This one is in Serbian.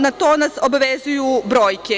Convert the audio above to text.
Na to nas obavezuju brojke.